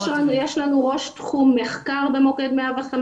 יש לנו ראש תחום מחקר במוקד 105,